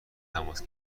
تماس